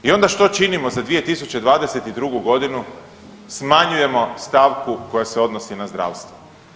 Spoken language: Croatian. I onda što činimo za 2022.g.? smanjujemo stavku koja se odnosi na zdravstvo.